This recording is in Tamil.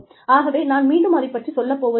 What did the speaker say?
ஆகவே நான் மீண்டும் அதைப் பற்றிச் சொல்லப் போவதில்லை